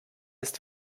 ist